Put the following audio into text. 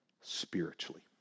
Spiritually